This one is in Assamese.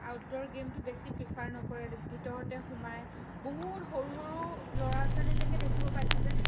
আউটড'ৰ গেমটো বেছি প্ৰিফাৰ নকৰে ভিতৰতে সোমাই বহুত সৰু সৰু ল'ৰা ছোৱালীলৈকে দেখিবলৈ পাইছোঁ যে